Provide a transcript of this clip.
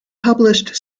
published